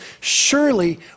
surely